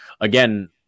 again